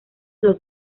los